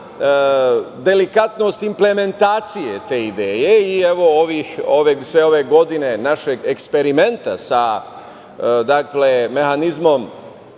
delikatnost implementacije te ideje i sve ove godine našeg eksperimenta sa mehanizmom